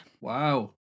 Wow